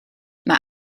mae